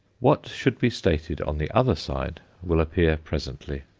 what should be stated on the other side will appear presently.